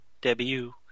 debut